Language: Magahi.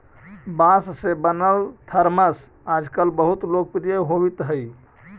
बाँस से बनल थरमस आजकल बहुत लोकप्रिय होवित हई